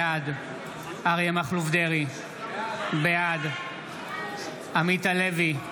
בעד אריה מכלוף דרעי, בעד עמית הלוי,